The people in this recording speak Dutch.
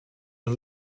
een